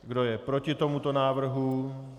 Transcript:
Kdo je proti tomuto návrhu?